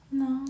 no